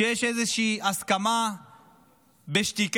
שיש איזושהי הסכמה בשתיקה